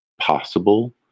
possible